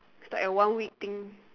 it's like a one week thing